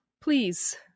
Please